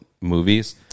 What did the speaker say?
movies